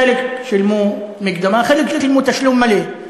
חלק שילמו מקדמה, חלק שילמו תשלום מלא.